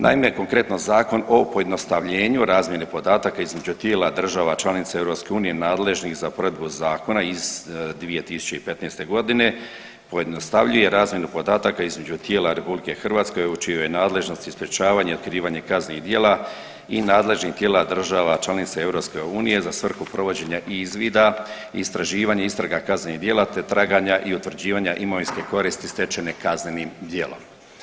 Naime konkretno, Zakon o pojednostavljenju razmjene podataka između tijela država članica EU nadležnih za provedbu zakona iz 2015.g. pojednostavljuje razmjenu podataka između tijela RH u čijoj je nadležnosti sprječavanje i otkrivanje kaznenih djela i nadležnih tijela država članica EU za svrhu provođenja izvida i istraživanje istraga kaznenih djela, te traganja i utvrđivanja imovinske koristi stečene kaznenim djelom.